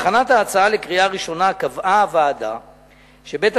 בהכנת ההצעה לקריאה הראשונה קבעה הוועדה שבית-המשפט